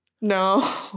No